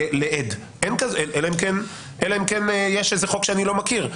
לעד אלא אם כן יש איזה חוק שאני לא מכיר.